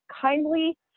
kindly